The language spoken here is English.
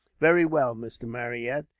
very well, mr. marryat,